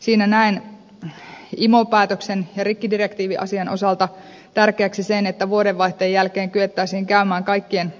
siinä näen imo päätöksen ja rikkidirektiiviasian osalta tärkeäksi sen että vuoden vaihteen jälkeen kyettäisiin käymään kaikkien